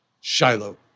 Shiloh